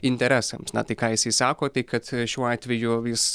interesams na tai ką jisai sako tai kad šiuo atveju jis